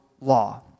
law